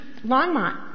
Longmont